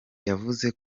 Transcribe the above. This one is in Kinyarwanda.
yavuze